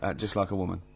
ah just like a woman.